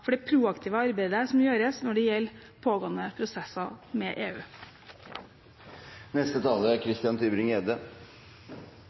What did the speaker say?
for det proaktive arbeidet som gjøres når det gjelder pågående prosesser med